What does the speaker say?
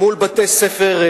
מול בתי-ספר,